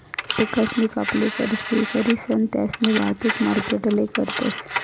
पिकसनी कापणी करीसन त्यास्नी वाहतुक मार्केटले करतस